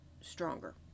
stronger